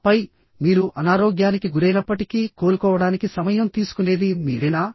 ఆపై మీరు అనారోగ్యానికి గురైనప్పటికీ కోలుకోవడానికి సమయం తీసుకునేది మీరేనా